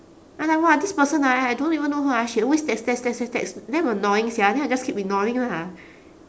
I'm like !wah! this person ah I don't even know her ah she always text text text text text damn annoying sia then I just keep ignoring lah